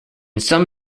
some